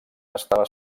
estava